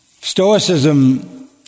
Stoicism